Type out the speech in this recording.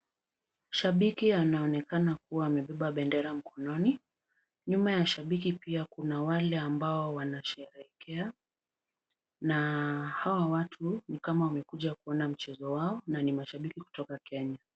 Shabiki anaoenakana kuwa amebeba bendera mkononi. Nyuma ya shabiki pia kuna wale ambao wanasheherekea na hawa watu ni kama wamekuja kuona mchezo wao na ni mashabiki kutoka Kenya.